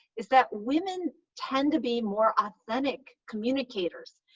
is that women tend to be more authentic communicators,